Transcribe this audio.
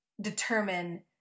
determine